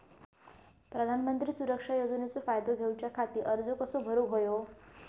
प्रधानमंत्री सुरक्षा योजनेचो फायदो घेऊच्या खाती अर्ज कसो भरुक होयो?